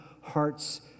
Hearts